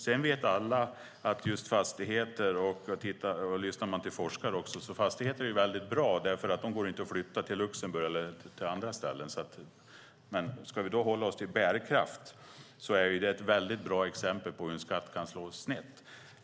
Sedan vet alla att just fastigheter är väldigt bra, eftersom de inte går att flytta till Luxemburg eller andra ställen. Det säger forskarna också. Men ska vi hålla oss till bärkraft är det ett väldigt bra exempel på hur en skatt kan slå snett.